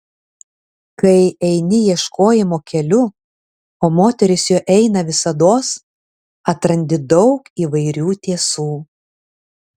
kai eini ieškojimo keliu o moteris juo eina visados atrandi daug įvairių tiesų